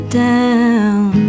down